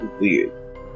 Weird